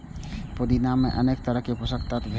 पुदीना मे अनेक तरहक पोषक तत्व भेटै छै